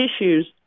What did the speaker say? issues